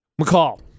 McCall